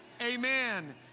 amen